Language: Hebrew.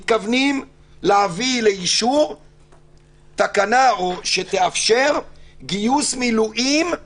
מתכוונים להביא לאישור תקנה שתאפשר גיוס של